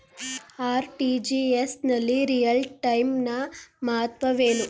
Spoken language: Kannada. ಆರ್.ಟಿ.ಜಿ.ಎಸ್ ನಲ್ಲಿ ರಿಯಲ್ ಟೈಮ್ ನ ಮಹತ್ವವೇನು?